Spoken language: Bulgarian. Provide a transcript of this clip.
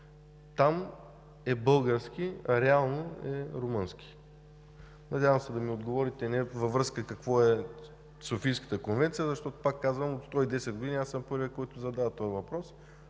там е български, а реално е румънски. Надявам се да ми отговорите не какво е Софийската конвенция, защото, пак казвам, от 110 години аз съм първият, който задава този въпрос,